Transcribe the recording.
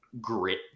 grit